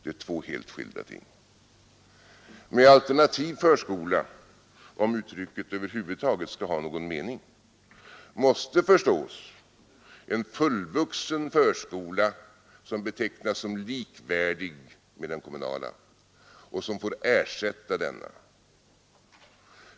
Det är två helt skilda ting. Med alternativ förskola, om uttrycket över huvud taget skall ha någon mening, måste förstås en fullvuxen förskola, som betecknas som likvärdig med den kommunala och som får ersätta den.